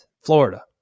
Florida